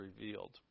revealed